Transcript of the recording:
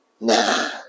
Nah